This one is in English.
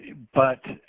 but